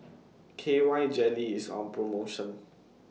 K Y Jelly IS on promotion